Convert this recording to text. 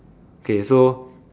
okay so